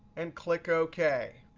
and click ok.